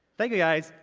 thank you, guys.